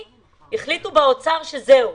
עליו, כשבאוצר החליטו שזהו,